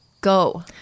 go